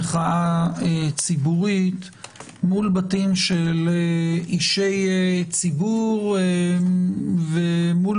לקיום הפגנה ומחאה ציבורית מול בתים של אישי ציבור ומול